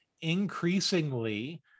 increasingly